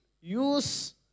use